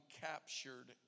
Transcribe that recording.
captured